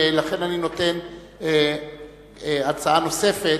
ולכן אני נותן הצעה נוספת,